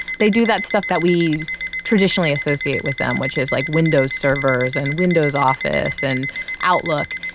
they do that stuff that we traditionally associate with them, which is like windows servers and windows office and outlook.